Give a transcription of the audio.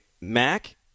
Mac